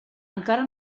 encara